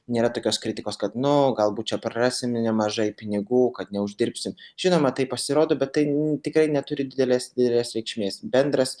nėra tokios kritikos kad nu galbūt čia prarasime nemažai pinigų kad neuždirbsim žinoma tai pasirodo bet tai tikrai neturi didelės didelės reikšmės bendras